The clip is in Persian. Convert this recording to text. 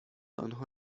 آنها